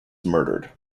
murdered